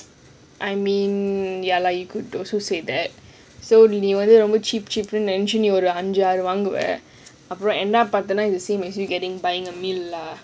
I mean ya lah you could also say that so நீ அஞ்சி ஆறு வாங்குவா:nee anji aaru waanguwa is the same as you getting buying a meal lah